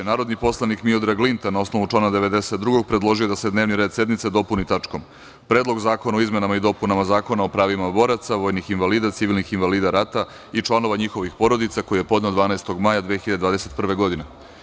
Narodni poslanik Miodrag Linta na osnovu člana 92. predložio je da se dnevni red sednice dopuni tačkom – Predlog zakona o izmenama i dopunama Zakona o pravima boraca, vojnih invalida, civilnih invalida rata i članova njihovih porodica, koji je podneo 12. maja 2021. godine.